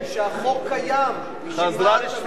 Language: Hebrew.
היא חזרה לשפיות, חזרה לשפיות.